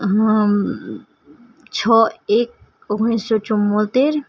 હા છ એક ઓગણીસ સો ચુંમોતેર